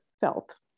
felt